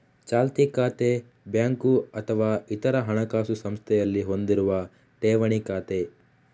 ಚಾಲ್ತಿ ಖಾತೆ ಬ್ಯಾಂಕು ಅಥವಾ ಇತರ ಹಣಕಾಸು ಸಂಸ್ಥೆಯಲ್ಲಿ ಹೊಂದಿರುವ ಠೇವಣಿ ಖಾತೆ